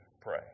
pray